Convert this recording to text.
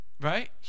right